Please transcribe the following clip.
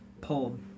pulled